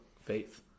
faith